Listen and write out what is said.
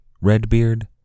Redbeard